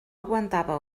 aguantava